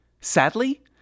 Sadly